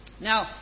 Now